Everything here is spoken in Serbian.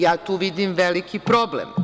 Ja tu vidim veliki problem.